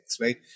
right